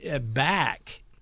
back